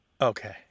Okay